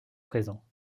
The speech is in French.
présents